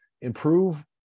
improve